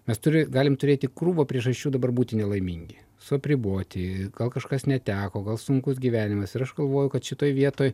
mes turi galim turėti krūvą priežasčių dabar būti nelaimingi su apriboti gal kažkas neteko gal sunkus gyvenimas ir aš galvoju kad šitoj vietoj